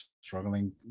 struggling